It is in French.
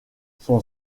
son